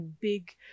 big